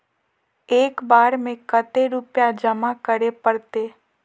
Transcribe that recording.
एक बार में कते रुपया जमा करे परते?